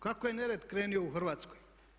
Kako je nered krenuo u Hrvatskoj?